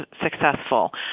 successful